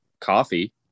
coffee